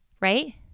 right